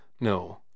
No